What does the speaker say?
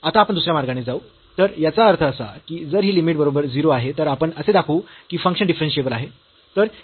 तर आता आपण दुसर्या मार्गाने जाऊ तर याच अर्थ असा की जर ही लिमिट बरोबर 0 आहे तर आपण असे दाखवू की फंक्शन डिफरन्शियेबल आहे